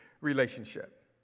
relationship